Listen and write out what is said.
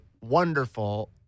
wonderful